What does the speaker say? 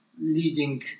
leading